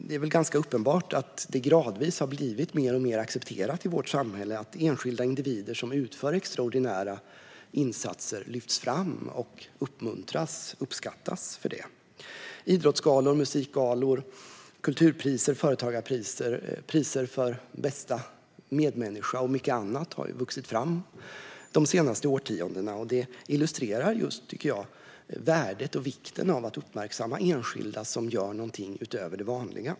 Det är väl ganska uppenbart att det gradvis har blivit mer och mer accepterat i vårt samhälle att enskilda individer som utför extraordinära insatser lyfts fram, uppmuntras och uppskattas för det. Idrottsgalor, musikgalor, kulturpriser, företagarpriser, priser för bästa medmänniska och mycket annat har ju vuxit fram de senaste årtiondena, och det illustrerar just, tycker jag, värdet och vikten av att uppmärksamma enskilda som gör någonting utöver det vanliga.